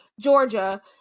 Georgia